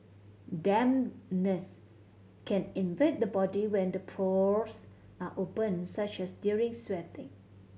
dampness can invade the body when the pores are open such as during sweating